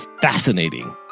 Fascinating